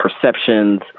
perceptions